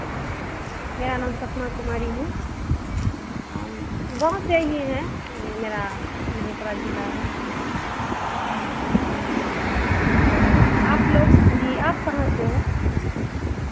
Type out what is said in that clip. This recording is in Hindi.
मेरा नाम सपना कुमारी है हम गाँव से ही हैं मेरा मधेपुरा जिला है गाँव से ही हैं तो आप लोग जी आप कहाँ से हैं